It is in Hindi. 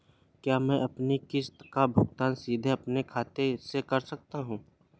क्या मैं अपनी किश्त का भुगतान सीधे अपने खाते से कर सकता हूँ?